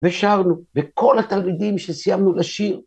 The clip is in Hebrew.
‫ושרנו וכל התלמידים שסיימנו לשיר...